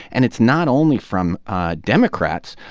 and it's not only from democrats,